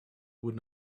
would